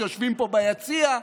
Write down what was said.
שיושבים פה ביציע,